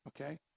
okay